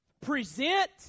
Present